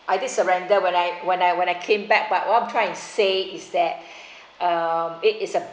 I did surrender when I when I when I came back but what I'm trying to say is that uh it is a